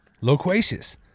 Loquacious